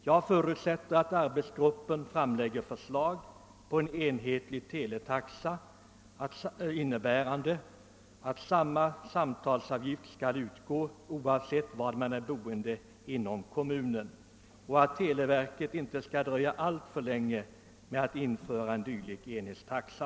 Jag förutsätter att arbetsgruppen framlägger förslag om en enhetlig teletaxa, innebärande att samma samtalsavgift skall utgå oavsett var man bor inom kommunen och att televerket inte skall dröja alltför länge med att införa en dylik enhetstaxa.